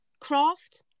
Craft